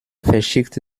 verschickt